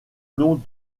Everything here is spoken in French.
nom